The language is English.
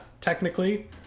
Technically